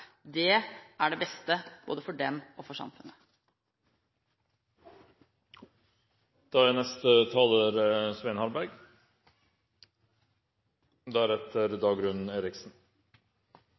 er det beste, både for dem og for samfunnet.